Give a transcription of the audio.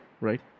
Right